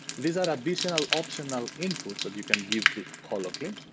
these are additional optional inputs that you can give to holoclean,